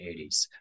80s